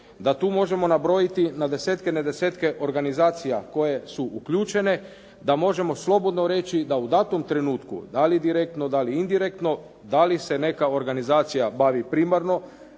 Da tu možemo nabrojiti na desetke, na desetke organizacija koje su uključene, da možemo slobodno reći da u datom trenutku, da li direktno, da li indirektno, da li se neka organizacija bavi primarno